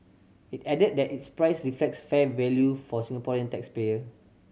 it added that its price reflects fair value for Singaporean tax payer